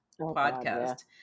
podcast